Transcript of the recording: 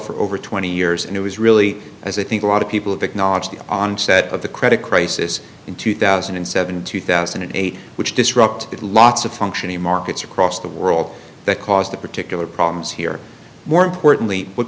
for over twenty years and it was really as i think a lot of people have acknowledged the onset of the credit crisis in two thousand and seven two thousand and eight which disrupted lots of functioning markets across the world that caused the particular problems here more importantly what